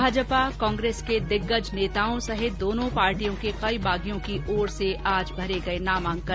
भाजपा कांग्रेस के दिग्गज नेताओं ओर दोनों पार्टियों के कई बागियों की ओर से आज भरे गये नामांकन